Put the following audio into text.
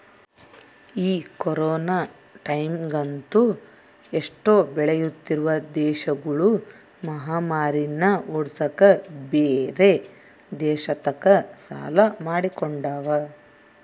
ಈ ಕೊರೊನ ಟೈಮ್ಯಗಂತೂ ಎಷ್ಟೊ ಬೆಳಿತ್ತಿರುವ ದೇಶಗುಳು ಮಹಾಮಾರಿನ್ನ ಓಡ್ಸಕ ಬ್ಯೆರೆ ದೇಶತಕ ಸಾಲ ಮಾಡಿಕೊಂಡವ